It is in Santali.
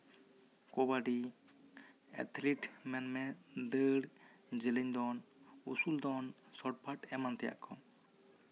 ᱠᱚᱵᱟᱰᱤ ᱮᱛᱷᱞᱤᱴ ᱢᱮᱱ ᱢᱮ ᱫᱟᱹᱲ ᱡᱮᱞᱮᱧ ᱫᱚᱱ ᱩᱥᱩᱞ ᱫᱚᱱ ᱥᱚᱴᱯᱟᱴ ᱮᱢᱟᱱ ᱛᱮᱭᱟᱜ ᱠᱚ